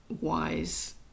wise